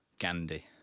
Gandhi